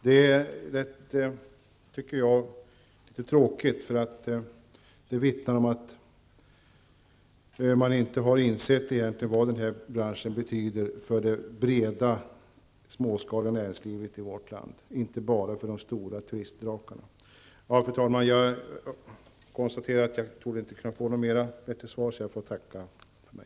Det tycker jag är tråkigt, eftersom det vittnar om att man egentligen inte har insett vad denna bransch betyder för det breda och småskaliga näringslivet i vårt land, inte bara för de stora turistdrakarna. Fru talman! Jag konstaterar att jag inte torde kunna få något mer vettigt svar, och jag ber därför att få tacka för mig.